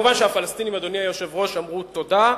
אדוני היושב-ראש, כמובן שהפלסטינים אמרו "תודה,